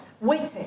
waiting